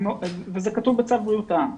זה כתוב בצו בריאות העם.